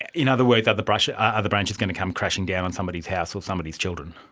and in other words, are the branches ah the branches going to come crashing down on somebody's house or somebody's children?